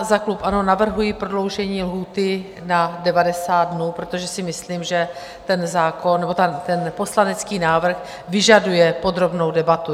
Za klub ANO navrhuji prodloužení lhůty na 90 dnů, protože si myslím, že ten poslanecký návrh vyžaduje podrobnou debatu.